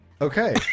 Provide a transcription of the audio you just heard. okay